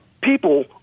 people